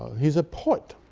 he's a poet.